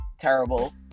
terrible